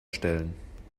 stellen